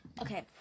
Okay